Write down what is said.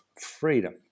freedom